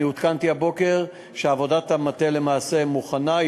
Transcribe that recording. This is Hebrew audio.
אני עודכנתי הבוקר שעבודת המטה למעשה מוכנה,